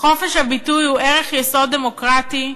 "חופש הביטוי הוא ערך יסוד דמוקרטי,